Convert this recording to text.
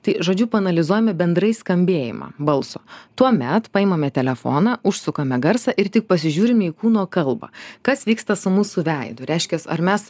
tai žodžiu paanalizuojame bendrai skambėjimą balso tuomet paimame telefoną užsukame garsą ir tik pasižiūrim į kūno kalbą kas vyksta su mūsų veidu reiškias ar mes